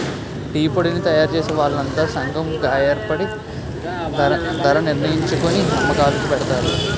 టీపొడిని తయారుచేసే వాళ్లంతా సంగం గాయేర్పడి ధరణిర్ణించుకొని అమ్మకాలుకి పెడతారు